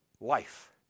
life